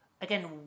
again